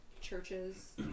churches